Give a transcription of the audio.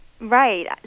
Right